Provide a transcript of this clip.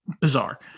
Bizarre